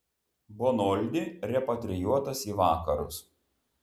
bonoldi repatrijuotas į vakarus